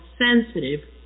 sensitive